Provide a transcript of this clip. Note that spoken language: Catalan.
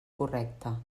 correcta